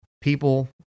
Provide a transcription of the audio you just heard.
people